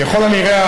ככל הנראה,